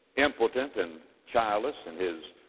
impotent and childless and his,